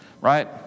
right